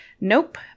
Nope